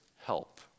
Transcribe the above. help